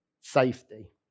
safety